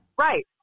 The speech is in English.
right